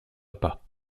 pas